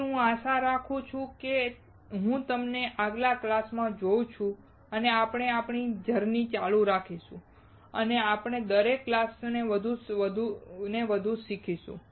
તેથી હું આશા રાખું છું કે હું તમને આગલા ક્લાસમાં જોઉં છું અને આપણે આપણી જર્ની ચાલુ રાખીશું અને આપણે દરેક ક્લાસ સાથે વધુ શીખીશું